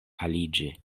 aliĝi